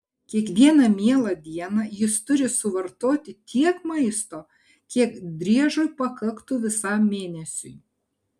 kiekvieną mielą dieną jis turi suvartoti tiek maisto kiek driežui pakaktų visam mėnesiui